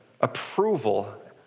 approval